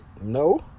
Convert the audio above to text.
No